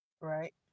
right